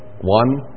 One